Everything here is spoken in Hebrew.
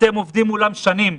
אתם עובדים מולם שנים,